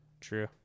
True